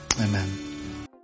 Amen